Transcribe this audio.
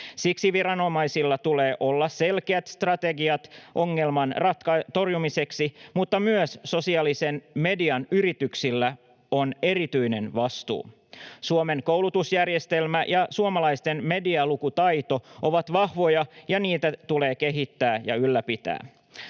Siksi viranomaisilla tulee olla selkeät strategiat ongelman torjumiseksi, mutta myös sosiaalisen median yrityksillä on erityinen vastuu. Suomen koulutusjärjestelmä ja suomalaisten medialukutaito ovat vahvoja, ja niitä tulee kehittää ja ylläpitää.